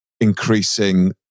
increasing